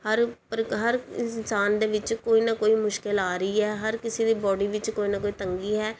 ਹਰ ਪ੍ਰਕਾਰ ਹਰ ਇਨਸਾਨ ਦੇ ਵਿਚ ਕੋਈ ਨਾ ਕੋਈ ਮੁਸ਼ਕਿਲ ਆ ਰਹੀ ਹੈ ਹਰ ਕਿਸੇ ਦੀ ਬੋਡੀ ਵਿੱਚ ਕੋਈ ਨਾ ਕੋਈ ਤੰਗੀ ਹੈ